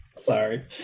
Sorry